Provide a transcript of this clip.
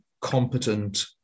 competent